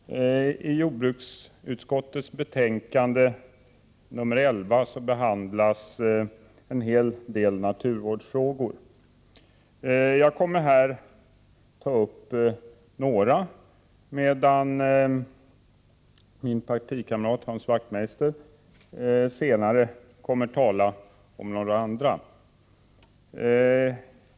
Herr talman! I jordbruksutskottets betänkande nr 11 behandlas en hel del naturvårdsfrågor. Jag kommer här att ta upp några, medan min partikamrat Hans Wachtmeister senare kommer att tala om några andra.